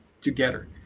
together